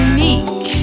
Unique